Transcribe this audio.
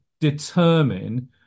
determine